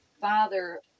Father